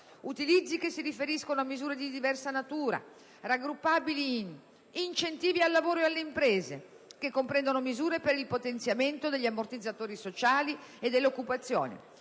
utilizzi si riferiscono a misure di diversa natura: incentivi al lavoro e alle imprese, che comprendono misure per il potenziamento degli ammortizzatori sociali e l'occupazione,